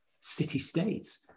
city-states